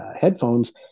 headphones